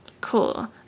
Cool